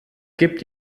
gibt